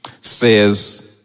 says